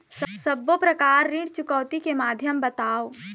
सब्बो प्रकार ऋण चुकौती के माध्यम बताव?